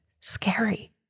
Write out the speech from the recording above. Scary